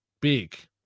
big